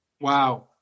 Wow